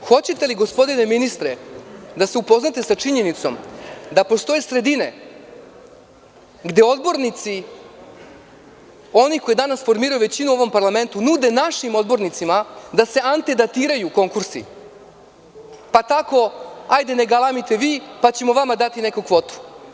Hoćete li, gospodine ministre, da se upoznate sa činjenicom da postoje sredine gde odbornici, oni koji danas formiraju većinu u ovom parlamentu, nude našim odbornicima da se antedatiraju konkursi, pa tako ajde ne galamite vi, pa ćemo vama dati neku kvotu?